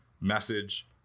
message